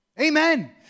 Amen